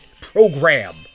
program